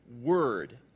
word